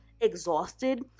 exhausted